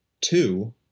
two